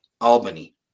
albany